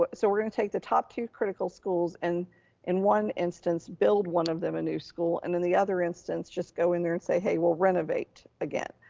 so we're gonna take the top two critical schools. and in one instance, build one of them a new school. and in the other instance, just go in there and say, hey, we'll renovate again.